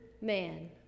man